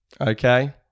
okay